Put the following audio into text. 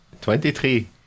twenty-three